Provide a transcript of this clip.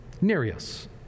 Nereus